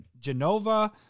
Genova